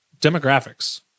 demographics